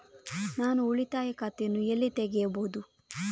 ನಾನು ಉಳಿತಾಯ ಖಾತೆಯನ್ನು ಎಲ್ಲಿ ತೆಗೆಯಬಹುದು?